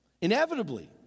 Inevitably